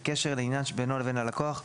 בקשר לעניין שבינו לבין לקוח,